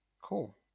Cool